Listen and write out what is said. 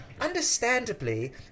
understandably